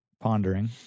pondering